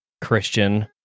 Christian